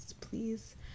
please